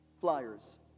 flyers